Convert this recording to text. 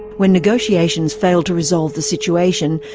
when negotiations failed to resolve the situation,